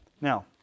Now